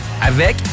avec